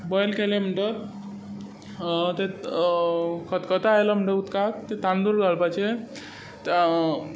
boil केलें म्हणटकच तें खतखतो आयलो म्हणटकच उदकांत तें तांदूळ घालपाचे